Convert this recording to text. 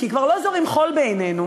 כי כבר לא זורים חול בעינינו.